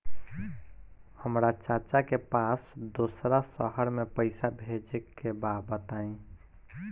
हमरा चाचा के पास दोसरा शहर में पईसा भेजे के बा बताई?